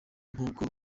nk’uko